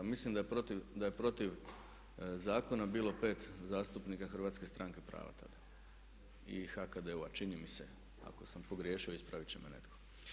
Mislim da je protiv zakona bilo pet zastupnika Hrvatske stranke prava tada i HKDU-a, čini mi se, ako sam pogriješio ispraviti će me netko.